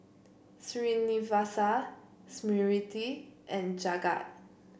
Srinivasa Smriti and Jagat